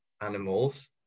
animals